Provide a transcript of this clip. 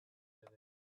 usual